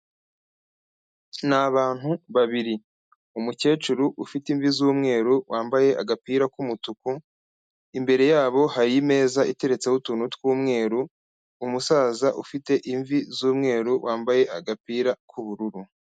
Ni abantu babiri, umukecuru ufite imvi z'umweru wambaye agapira k'umutuku, imbere yabo hari imeza iteretseho utuntu tw'umweru, umusaza ufite imvi z'umweru wambaye agapira k'ubururu.